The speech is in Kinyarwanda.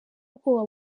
ubwoba